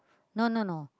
no no no